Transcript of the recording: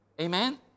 Amen